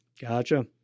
Gotcha